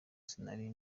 sinari